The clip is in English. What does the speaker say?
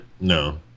No